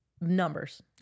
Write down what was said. numbers